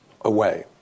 away